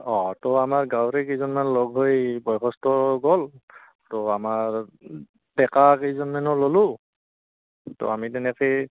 অঁ ত' আমাৰ গাঁৱৰে কেইজনমান লগ হৈ বয়সস্থ গ'ল তো আমাৰ ডেকা কেইজনমানো ল'লোঁ তো আমি তেনেকেই